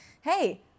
hey